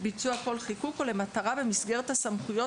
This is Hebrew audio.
ביצוע כל חיקוק או למטרה במסגרת הסמכויות